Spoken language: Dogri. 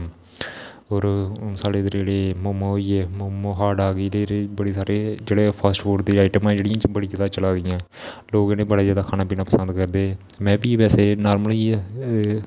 और साढ़े इधर जेहडे़ मोमोस होई गये मोमोस हाटडाग इये जेह बडे़ सारे जेहडे़ फास्ट फूड दी आइटम जेहड़ी बडी ज्यादा चला दी ऐ लोक इन्हेगी बडा ज्यादा खाना पीना पसंद करदे में बी बेसे नार्मली ऐ